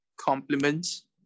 compliments